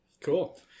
cool